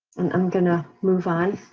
i'm gonna move on.